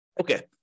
Okay